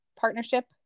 partnership